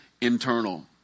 internal